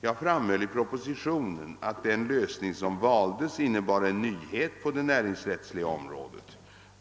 Jag framhöll i propositionen att den lösning som valdes innebar en nyhet på det näringsrättsliga området.